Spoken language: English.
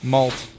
Malt